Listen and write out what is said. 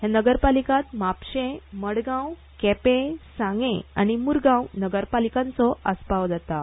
ह्या नगरपालिकांत म्हापशें मडगांव केपें सांगें आनी मूरगांव नगरपालिकांचो आस्पाव जाता